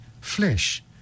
flesh